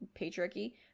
patriarchy